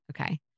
Okay